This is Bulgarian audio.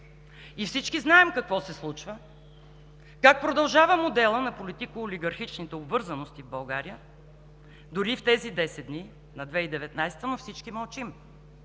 И всички знаем какво се случва, как продължава моделът на политико-олигархичните обвързаности в България, дори и в тези десет дни на 2019 г., но всички мълчим.